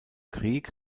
krieg